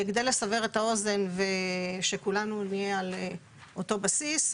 כדי לסבר את האוזן ושכולנו נהיה על אותו בסיס,